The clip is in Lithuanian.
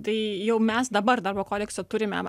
tai jau mes dabar darbo kodekse turime